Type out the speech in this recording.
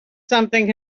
something